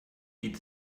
geht